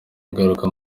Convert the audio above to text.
ingaruka